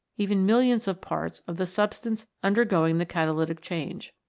even millions of parts of the substance undergoing the catalytic change.